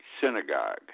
synagogue